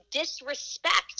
disrespect